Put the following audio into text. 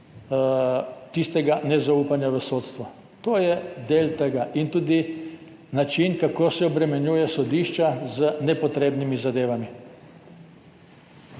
tistega nezaupanja v sodstvo. To je del tega. In tudi način, kako se obremenjuje sodišča z nepotrebnimi zadevami.